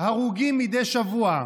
הרוגים מדי שבוע.